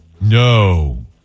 No